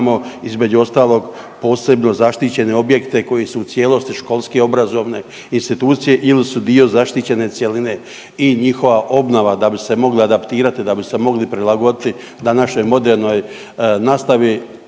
između ostalog, posebno zaštićene objekte koji su u cijelosti školski obrazovne institucije ili su dio zaštićene cjeline i njihova obnova, da bi se mogla adaptirati, da bi se mogli prilagoditi današnjoj modernoj nastavi,